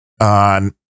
on